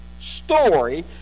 story